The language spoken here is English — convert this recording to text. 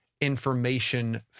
information